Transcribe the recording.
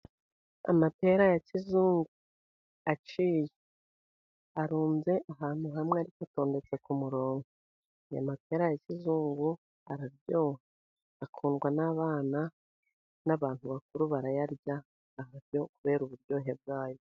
Amapera ya kizungu aciye, arunze ahantu hamwe ariko atondetse ku murongo. Amapera ya kizungu araryoha, akundwa n'abana n'abantu bakuru barayarya, abato, kubera uburyohe bwayo.